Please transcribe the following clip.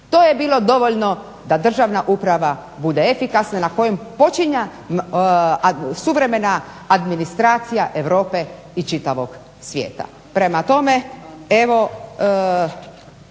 To je bilo dovoljno da državna uprava bude efikasna na kojoj počiva suvremena administracija Europe i čitavog svijeta. Prema tome, evo